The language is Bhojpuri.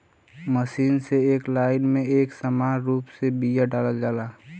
मशीन से एक लाइन में एक समान रूप से बिया डालल जाला